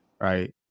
right